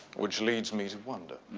which leads me to wonder.